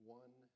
one